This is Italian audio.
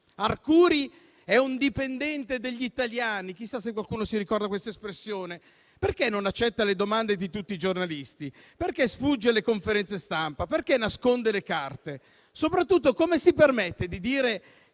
Arcuri è un dipendente degli italiani; chissà se qualcuno si ricorda questa espressione. Perché non accetta le domande di tutti i giornalisti? Perché sfugge le conferenze stampa? Perché nasconde le carte? Soprattutto, come si permette di dire